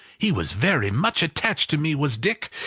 he was very much attached to me, was dick.